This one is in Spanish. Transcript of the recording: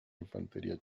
infantería